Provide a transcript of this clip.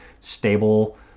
stable